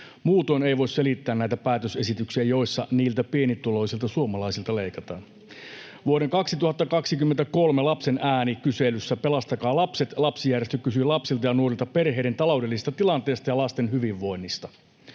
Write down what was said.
Muutoin ei voi selittää näitä päätösesityksiä, joissa niiltä pienituloisilta suomalaisilta leikataan. Vuoden 2023 Lapsen ääni ‑kyselyssä Pelastakaa Lapset ‑lapsijärjestö kysyi lapsilta ja nuorilta perheiden taloudellisesta tilanteesta ja lasten hyvinvoinnista.